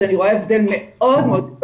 אז אני רואה הבדל מאוד מאוד גדול,